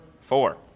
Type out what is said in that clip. four